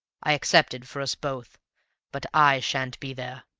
i accepted for us both but i sha'n't be there.